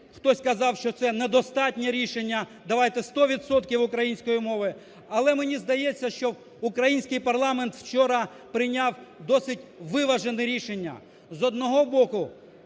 Хтось казав, що це недостатнє рішення, давайте сто відсотків української мови. Але мені здається, що український парламент вчора прийняв досить виважене рішення, з одного боку